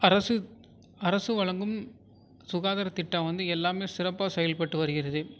அரசு அரசு வழங்கும் சுகாதாரத்திட்டம் வந்து எல்லாமே சிறப்பாக செயல்பட்டு வருகிறது